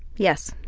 yes.